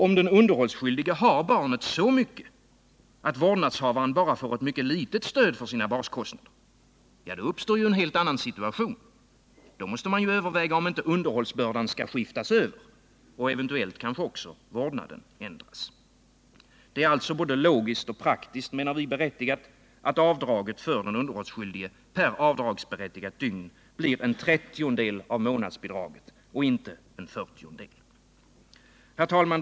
Om den underhållsskyldige har barnet så mycket att vårdnadshavaren bara får ett mycket litet stöd för sina baskostnader, uppstår en helt annan situation. Då måste man överväga om inte underhållsbördan skall skiftas över och eventuellt också vårdnaden ändras. Det är alltså både logiskt och praktiskt berättigat att avdraget för den underhållsskyldige per avdragsberättigat dygn blir 1 40. Herr talman!